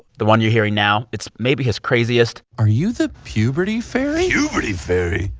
the one you're hearing now, it's maybe his craziest are you the puberty fairy? puberty fairy?